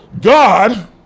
God